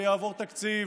ויעבור תקציב